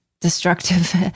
destructive